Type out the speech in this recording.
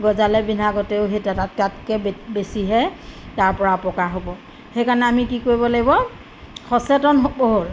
গজালে পিন্ধা গতেও সেই তাত তাতকে বেছিহে তাৰ পৰা অপকাৰ হ'ব সেইকাৰণে আমি কি কৰিব লাগিব সচেতন বহুত